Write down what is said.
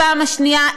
פעם שנייה,